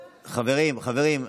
חברים, חברים.